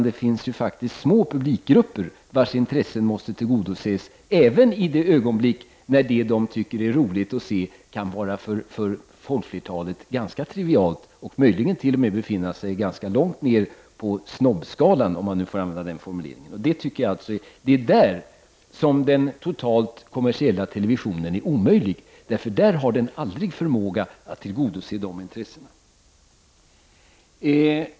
Det finns faktiskt små publikgrupper, vilkas intressen måste tillgodoses när det de tycker är roligt att se kan vara för folkflertalet ganska trivialt och möjligen t.o.m. befinna sig ganska långt ner på snobbskalan, om man får använda det uttrycket. Det är där den totalt kommersiella televisionen är omöjlig. Den har aldrig förmåga att tillgodose dessa intressen.